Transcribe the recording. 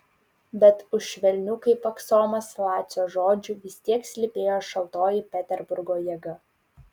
bet už švelnių kaip aksomas lacio žodžių vis tiek slypėjo šaltoji peterburgo jėga